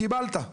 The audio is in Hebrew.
קיבלת.